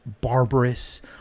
barbarous